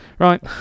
Right